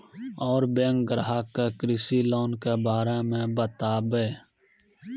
और बैंक ग्राहक के कृषि लोन के बारे मे बातेबे?